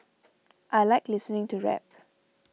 I like listening to rap